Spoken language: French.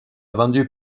vendu